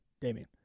Damien